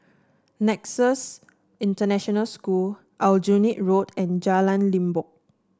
Nexus International School Aljunied Road and Jalan Limbok